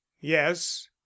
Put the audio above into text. yes